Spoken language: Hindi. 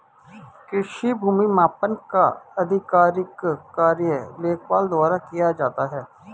कृषि भूमि मापन का आधिकारिक कार्य लेखपाल द्वारा किया जाता है